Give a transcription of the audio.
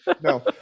No